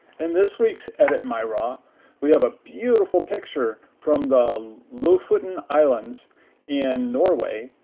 and this week's edit my raw we have a beautiful picture from the lofoten islands in norway.